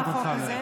חבר הכנסת אמסלם.